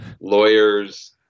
lawyers